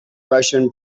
russian